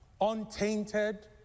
untainted